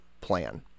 plan